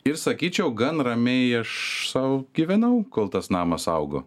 ir sakyčiau gan ramiai aš sau gyvenau kol tas namas augo